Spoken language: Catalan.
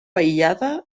aïllada